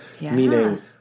Meaning